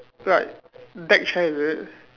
like deck chair is it